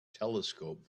telescope